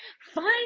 find